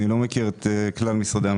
אני לא מכיר את כלל משרדי הממשלה.